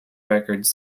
records